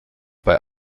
bei